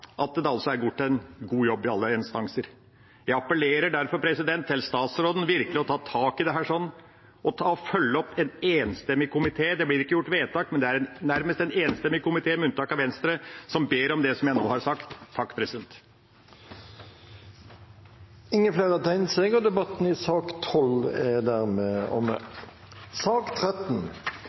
at det altså er gjort en god jobb i alle instanser. Jeg appellerer derfor til statsråden om virkelig å ta tak i dette og følge opp en enstemmig komité. Det blir ikke gjort vedtak, men det er en nærmest enstemmig komité, med unntak av Venstre, som ber om det jeg nå har sagt. Flere har ikke bedt om ordet til sak nr. 12. Etter ønske fra kontroll- og konstitusjonskomiteen vil presidenten ordne debatten